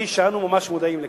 מבלי שאנו ממש מודעים לכך.